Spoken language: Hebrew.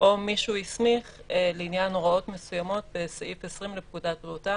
או מי שהסמיך לעניין הוראות מסוימות בסעיף 20 לפקודת בריאות העם